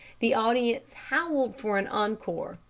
the audience howled for an encore,